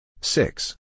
Six